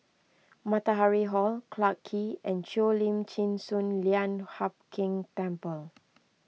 Matahari Hall Clarke Quay and Cheo Lim Chin Sun Lian Hup Keng Temple